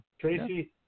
Tracy